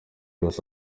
yose